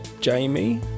Jamie